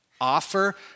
Offer